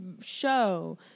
Show